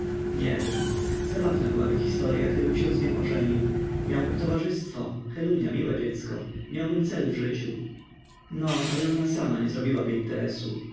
nie wiem zabawna byłaby historya gdybym się z nią ożenił miałbym towarzystwo helunia miłe dziecko miałbym cel w życiu no ale ona sama nie zrobiłaby interesu